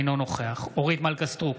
אינו נוכח אורית מלכה סטרוק,